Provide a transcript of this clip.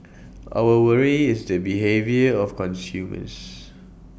our worry is the behaviour of consumers